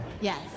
Yes